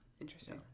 interesting